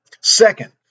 Second